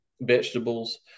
vegetables